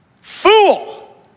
fool